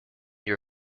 your